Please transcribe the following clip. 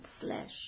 flesh